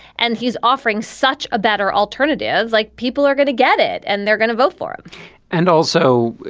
and he's offering such a better alternative. like people are going to get it and they're gonna vote for it and also,